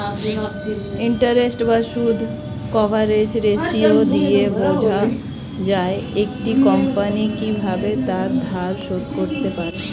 interest বা সুদ coverage ratio দিয়ে বোঝা যায় একটা কোম্পানি কিভাবে তার ধার শোধ করতে পারে